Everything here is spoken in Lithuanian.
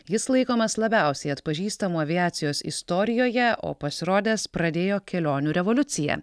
jis laikomas labiausiai atpažįstamu aviacijos istorijoje o pasirodęs pradėjo kelionių revoliuciją